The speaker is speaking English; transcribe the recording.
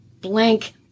blank